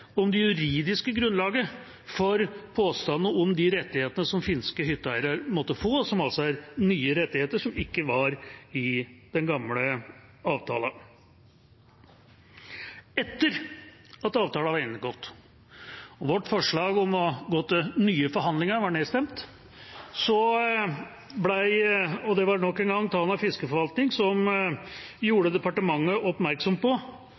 det juridiske grunnlaget for påstandene om de rettighetene som finske hytteeiere måtte få, som altså er nye rettigheter som ikke var i den gamle avtalen. Etter at avtalen var inngått og vårt forslag om å gå til nye forhandlinger var nedstemt, var det nok en gang Tanavassdragets fiskeforvaltning som gjorde departementet oppmerksom på